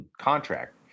contract